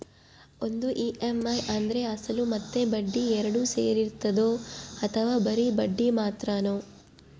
ಒಂದು ಇ.ಎಮ್.ಐ ಅಂದ್ರೆ ಅಸಲು ಮತ್ತೆ ಬಡ್ಡಿ ಎರಡು ಸೇರಿರ್ತದೋ ಅಥವಾ ಬರಿ ಬಡ್ಡಿ ಮಾತ್ರನೋ?